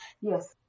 Yes